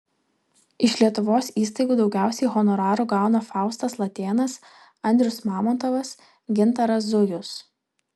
iš lietuvos įstaigų daugiausiai honorarų gauna faustas latėnas andrius mamontovas gintaras zujus